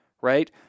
right